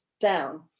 down